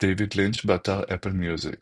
דייוויד לינץ', באתר אפל מיוזיק